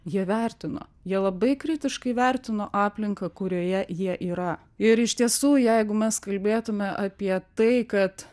jie vertino jie labai kritiškai vertino aplinką kurioje jie yra ir iš tiesų jeigu mes kalbėtume apie tai kad